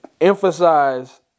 emphasize